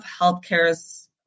Healthcare's